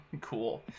Cool